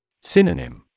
Synonym